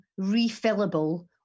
refillable